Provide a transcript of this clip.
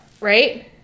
right